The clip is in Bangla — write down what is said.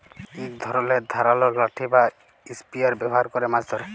ইক ধরলের ধারালো লাঠি বা ইসপিয়ার ব্যাভার ক্যরে মাছ ধ্যরে